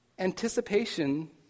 anticipation